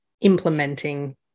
implementing